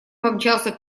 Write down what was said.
помчался